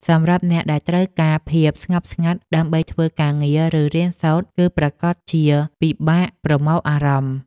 សម្រាប់អ្នកដែលត្រូវការភាពស្ងប់ស្ងាត់ដើម្បីធ្វើការងារ ឬរៀនសូត្រគឺប្រាកដជាពិបាកប្រមូលអារម្មណ៍។